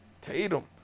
Tatum